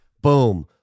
boom